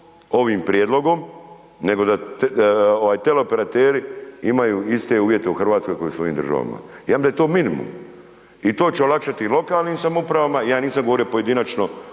ovim prijedlogom, nego da teleoperateri imaju iste uvjete u RH ko i u svojim državama, ja mislim da je to minimum i to će olakšati i lokalnim samoupravama, ja nisam govorio pojedinačno